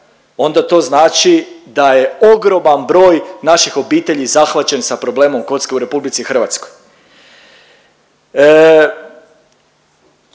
onda to znači da je ogroman broj naših obitelji zahvaćen sa problemom kocke u RH. Držim stvarno